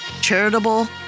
charitable